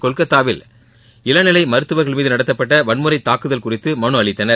கொல்கத்தாவில் இளநிலை மருத்துவர்கள் மீது நடத்தப்பட்ட வன்முறை தாக்குதல் குறித்து மனு அளித்தனர்